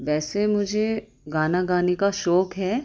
ویسے مجھے گانا گانے کا شوق ہے